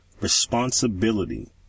responsibility